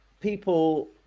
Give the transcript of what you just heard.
people